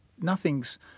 nothing's